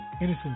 Innocent